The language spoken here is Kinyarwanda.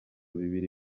bibiri